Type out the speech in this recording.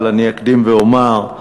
אבל אני אקדים ואומר: